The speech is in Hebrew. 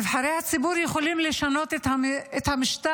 נבחרי הציבור יכולים לשנות את המשטר